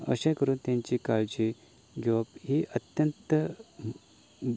अशें करून तांची काळजी घेवप ही अत्यंत